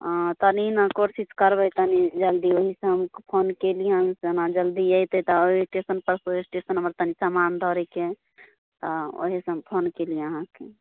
हँ तनी ने कोशिश करबै तनी जल्दी वही से हम फोन कयली हन समान जल्दी अयतै तऽ एहि स्टेशनसँ ओहि स्टेशन हमर तनी समान धरेके है तऽ वहीसँ हम फोन कयली अहाँकेँ